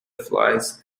flies